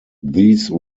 these